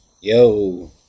Yo